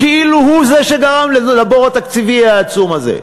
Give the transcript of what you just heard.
כאילו הוא זה שגרם לבור התקציבי העצום הזה.